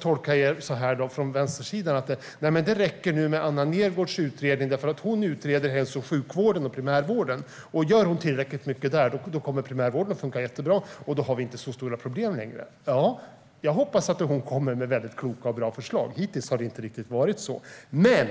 tolkar vänstersidan rätt, Catharina Bråkenhielm, menar ni att det räcker med Anna Nergårdhs utredning eftersom hon utreder hälso och sjukvården och primärvården. Och om hon gör tillräckligt mycket där kommer primärvården att fungera jättebra, och då har vi inte särskilt stora problem längre. Jag hoppas också att hon kommer med kloka och bra förslag. Det har inte riktigt varit så hittills.